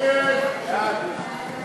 להסיר מסדר-היום את